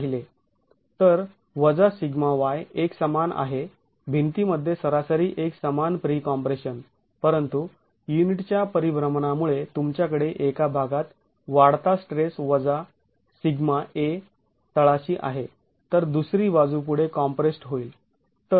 तर σy एकसमान आहे भिंतीमध्ये सरासरी एक समान प्री कॉम्प्रेशन परंतु युनिटच्या परिभ्रमणामुळे तुमच्याकडे एका भागात वाढता स्ट्रेस वजा सिग्मा a तळाशी आहे तर दुसरी बाजू पुढे कॉम्प्रेस्ड् होईल